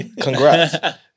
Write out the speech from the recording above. Congrats